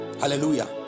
Hallelujah